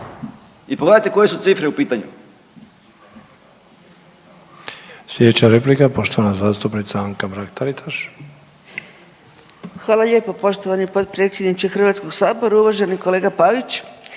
i pogledajte koje su cifre u pitanju.